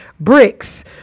bricks